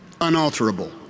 unalterable